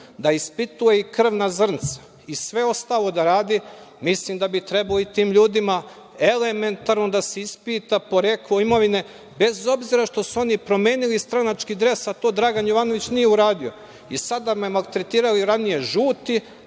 da ispituje i krvna zrnca i sve ostalo da radi, mislim da bi trebalo i tim ljudima elementarno da se ispita poreklo imovine, bez obzira što su oni promenili stranački dres. To Dragan Jovanović nije uradio i sada da me maltretiraju ranije žuti,